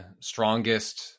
strongest